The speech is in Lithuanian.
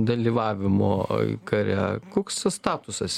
dalyvavimo kare koks statusas